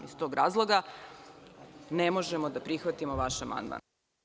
Iz tog razloga ne možemo da prihvatimo vaš amandman.